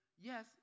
yes